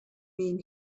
mean